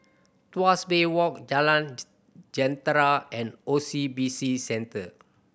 Tuas Bay Walk Jalan Jentera and O C B C Centre